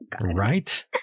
right